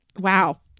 wow